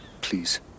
Please